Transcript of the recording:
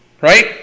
Right